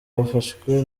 bafashwe